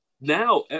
Now